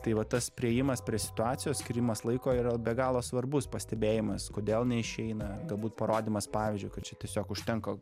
tai vat tas priėjimas prie situacijos skyrimas laiko yra be galo svarbus pastebėjimas kodėl neišeina galbūt parodymas pavyzdžiui kad čia tiesiog užtenka